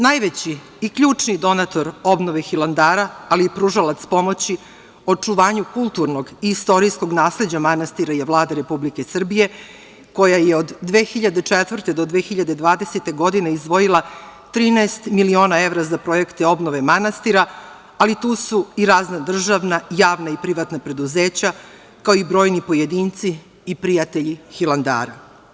Najveći i ključni donator obnove Hilandara, ali i pružalac pomoći očuvanju kulturnog i istorijskog nasleđa manastira je Vlada Republike Srbije, koja je od 2004. do 2020. godine izdvojila 13 miliona evra za projekte obnove manastira, ali tu su i razna državna, javna i privatna preduzeća, kao i brojni pojedinci i prijatelji Hilandara.